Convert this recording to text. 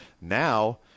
now